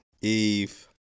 Eve